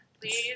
Please